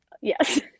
yes